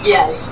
Yes